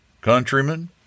countrymen